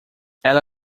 ela